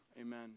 Amen